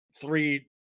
three –